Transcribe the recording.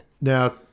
Now